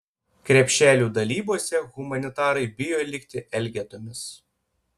krepšelių dalybose humanitarai bijo likti elgetomis